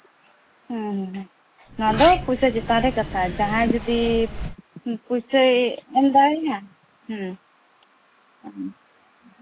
ᱦᱮᱸ ᱱᱚᱣᱟ ᱫᱚ ᱯᱚᱭᱥᱟ ᱪᱮᱛᱟᱱ ᱨᱮ ᱠᱟᱛᱷᱟ ᱡᱟᱦᱟᱸᱭ ᱡᱩᱫᱤ ᱯᱩᱭᱥᱟᱹᱭ ᱮᱢ ᱫᱟᱲᱮᱭᱤᱧᱟ ᱦᱮᱸ ᱚ